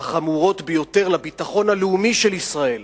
החמורות ביותר לביטחון הלאומי של ישראל.